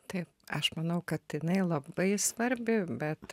taip aš manau kad jinai labai svarbi bet